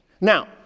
Now